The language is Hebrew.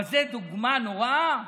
אבל זו דוגמה נוראה.